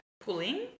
Pulling